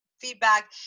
feedback